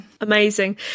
Amazing